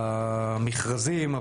המכרזים.